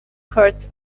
hurts